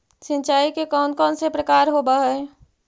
सिंचाई के कौन कौन से प्रकार होब्है?